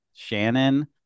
Shannon